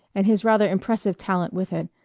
and his rather impressive talent with it,